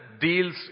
deals